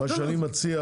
מה שאני מציע,